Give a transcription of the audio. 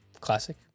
Classic